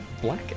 black